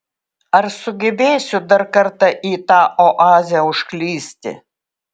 ar sugebėsiu dar kartą į tą oazę užklysti